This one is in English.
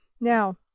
Now